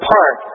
Park